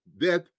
death